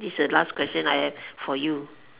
this is the last question I have for you